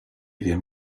wiem